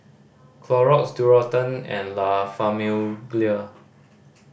Clorox Dualtron and La Famiglia